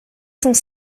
cent